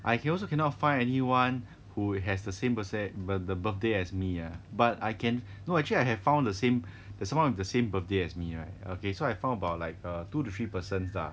I also cannot find anyone who has the same per se bir~ the birthday as me ah but I can no actually I have found the same there's someone with the same birthday as me right okay so I found about like err two to three persons ah